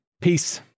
Peace